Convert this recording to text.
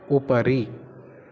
उपरि